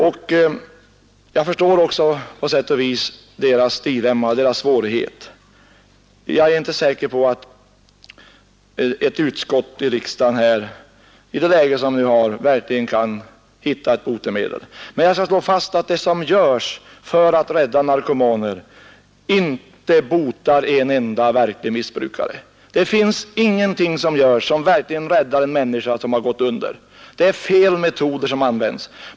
Jag förstår också på sätt och vis deras dilemma och svårigheter. Jag är inte säker på att ett utskott i riksdagen kan hitta ett botemedel i det nuvarande läget. Men jag skall slå fast att det som nu görs för att rädda narkomaner inte botar en enda verklig missbrukare. Ingenting görs som räddar en människa, som håller på att gå under. Fel metoder används.